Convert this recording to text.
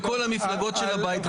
היית בכל המפלגות של הבית.